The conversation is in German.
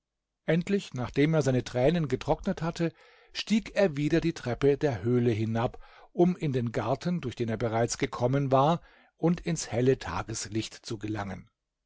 endlich nachdem er seine tränen getrocknet hatte stieg er wieder die treppe der höhle hinab um in den garten durch den er bereits gekommen war und ins helle tageslicht zu gelangen